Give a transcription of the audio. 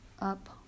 up